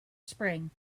spring